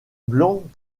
blanc